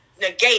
negate